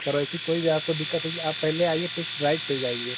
quality की कोई भी आपको दिक़्क़त होगी आप पहले आइए टेश्ट ड्राइव पर जाइए